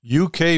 UK